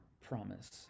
promise